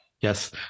Yes